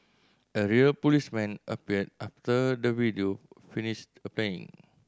a real policeman appeared after the video finished a ban